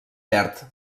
verd